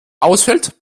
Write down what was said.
ausfällt